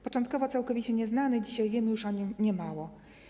Początkowo był całkowicie nieznany, dzisiaj wiemy już o nim niemało.